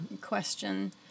question